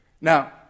Now